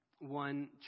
One